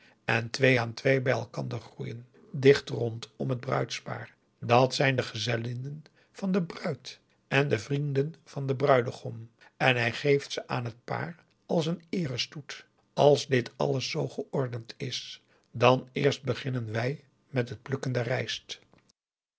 en twee aan twee bij elkander groeien dicht rondom het augusta de wit orpheus in de dessa bruidspaar dat zijn de gezellinnen van de bruid en de vrienden van den bruigom en hij geeft ze aan het paar als een eerestoet als dit alles zoo geordend is dan eerst beginnen wij met het plukken der rijst